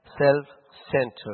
self-centered